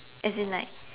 as in like